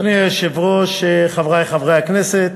אדוני היושב-ראש, חברי חברי הכנסת,